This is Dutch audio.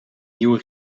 nieuwe